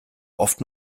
oft